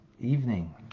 evening